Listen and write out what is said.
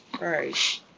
Right